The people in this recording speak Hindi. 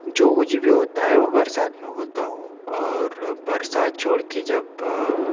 जो कुछ भी होता है वो बरसात में बोता हूँ और बरसात छोड़के जब